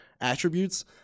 attributes